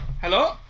Hello